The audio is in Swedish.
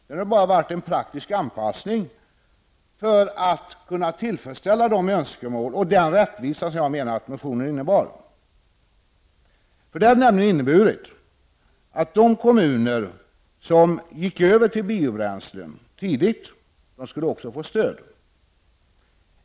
Det hade bara varit en praktisk anpassning för att kunna tillfredsställa de önskemål och skapa den rättvisa som motionens förslag enligt min uppfattning innebar. Det hade nämligen inneburit att de kommuner som tidigt gick över till biobränslen också skulle ha fått stöd.